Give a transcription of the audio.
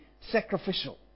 sacrificial